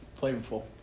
flavorful